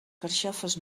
carxofes